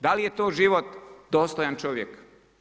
Da li je to život dostojan čovjeka?